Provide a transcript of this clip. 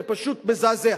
זה פשוט מזעזע,